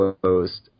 closed